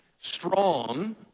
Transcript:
strong